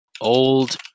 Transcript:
Old